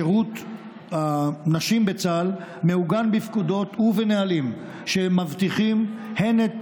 שירות הנשים בצה"ל מעוגן בפקודות ובנהלים שמבטיחים הן את